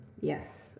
Yes